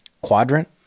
quadrant